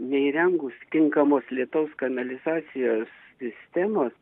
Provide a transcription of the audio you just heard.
neįrengus tinkamos lietaus kanalizacijos sistemos